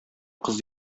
кыз